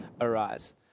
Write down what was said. arise